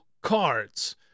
cards